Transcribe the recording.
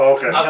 Okay